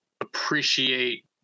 appreciate